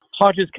Hodges